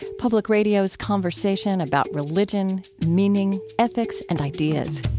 public radio's conversation about religion, meaning, ethics, and ideas.